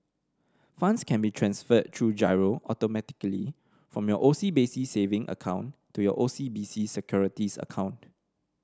funds can be transferred through giro automatically from your O C B C savings account to your O C B C Securities account